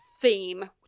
theme